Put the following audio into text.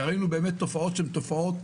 וראינו תופעות באמת מאוד מסוכנות.